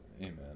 Amen